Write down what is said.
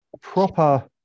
Proper